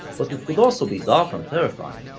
but it could also be dark and terrifying,